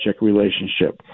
relationship